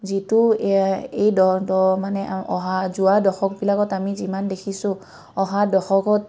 যিটো এই দ মানে অহা যোৱা দশকবিলাকত আমি যিমান দেখিছোঁ অহা দশকত